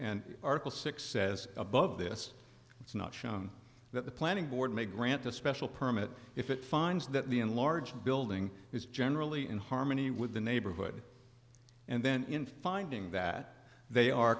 and article six says above this it's not shown that the planning board may grant a special permit if it finds that the enlarged building is generally in harmony with the neighborhood and then in finding that they are